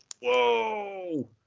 Whoa